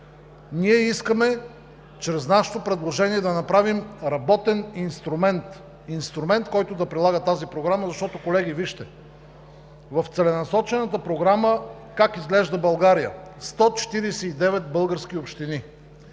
Ние искаме чрез нашето предложение да направим работен инструмент – инструмент, който да прилага тази програма. Защото, колеги, вижте в Целенасочената програма как изглежда България: 149 български общини,